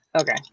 Okay